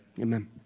amen